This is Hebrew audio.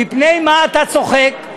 מפני מה אתה צוחק?